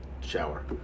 shower